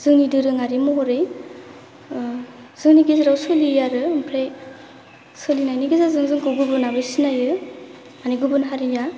जोंनि दोरोंआरि महरै जोंनि गेजेराव सोलियो आरो ओमफ्राय सोलिनायनि गेजेरजों जोंखौ गुबुनाबो सिनायो माने गुबुन हारिया